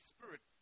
Spirit